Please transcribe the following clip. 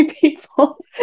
people